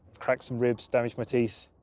cracked some ribs, damaged my teeth.